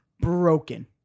broken